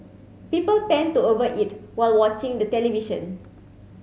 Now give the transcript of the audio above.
people tend to over eat while watching the television